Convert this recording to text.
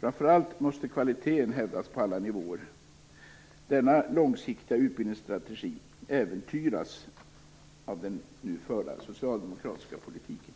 Framför allt måste kvaliteten hävdas på alla nivåer. Denna långsiktiga utbildningsstrategi äventyras av den nu förda socialdemokratiska politiken.